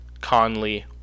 Conley